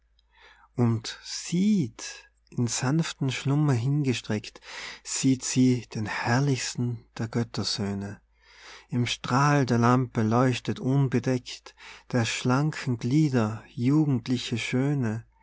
und sieht in sanftem schlummer hingestreckt sieht sie den herrlichsten der göttersöhne im strahl der lampe leuchtet unbedeckt der schlanken glieder jugendliche schöne